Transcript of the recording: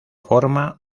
forma